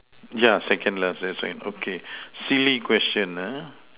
yeah second last that's why okay silly question uh